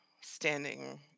standing